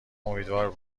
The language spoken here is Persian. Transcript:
امیدوار